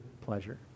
pleasure